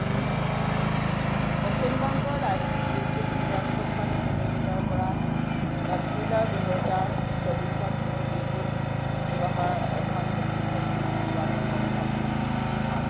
পশ্চিম বংগ ৰাজ্যিক বিদ্যুৎ বিতৰণ কোম্পানী লিমিটেডৰপৰা এপ্ৰিলৰ দুই হাজাৰ চৌবিছত মোৰ বিদ্যুৎ ব্যৱহাৰৰ এখন ডুপ্লিকেট বিল পোৱাটো সম্ভৱনে